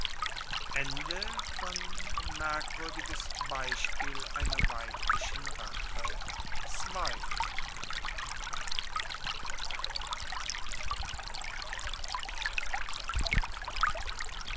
merkwürdiges beispiel einer weiblichen rache